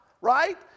right